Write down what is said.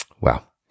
wow